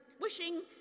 wishing